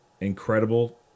incredible